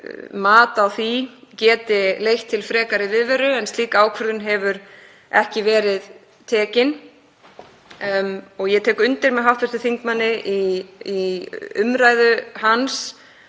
mat á því geti leitt til frekari viðveru en slík ákvörðun hefur ekki verið tekin. Ég tek undir með hv. þingmanni í umræðu hans